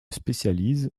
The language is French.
spécialise